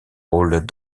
rôles